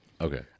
Okay